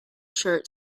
shirt